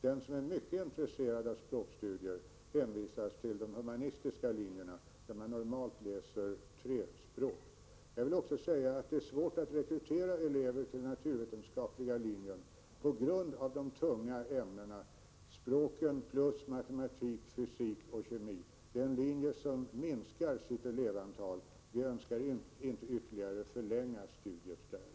Den som är mycket intresserad av språkstudier hänvisas till de humanistiska linjerna, där man normalt läser tre språk. Jag vill också säga att det är svårt att rekrytera elever till den naturvetenskapliga linjen på grund av de tunga ämnena, dvs. språken samt matematik, fysik och kemi. Det är en linje där elevantalet minskar. Vi önskar inte ytterligare förlänga studietiderna inom den.